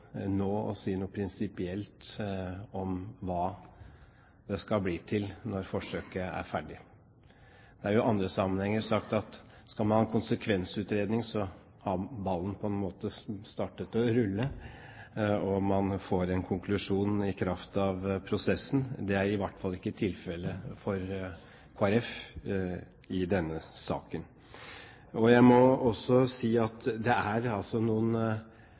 å si noe prinsipielt om hva det skal bli til når forsøket er ferdig. Det er jo i andre sammenhenger sagt at skal man ha konsekvensutredning, har ballen på en måte startet å rulle, og man får en konklusjon i kraft av prosessen. Det er i hvert fall ikke tilfellet for Kristelig Folkeparti i denne saken. Jeg må også si at jeg har noen betenkninger når det